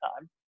time